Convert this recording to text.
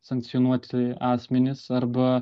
sankcionuoti asmenys arba